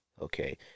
Okay